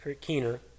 Keener